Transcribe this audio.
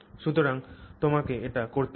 সুতরাং তোমাকে এটা করতে হবে